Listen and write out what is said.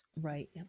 Right